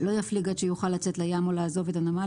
לא יפליג עד שיוכל לצאת לים או לעזוב את הנמל